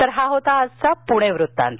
तर हा होता आजचा पुणे वृत्तांत